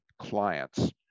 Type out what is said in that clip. clients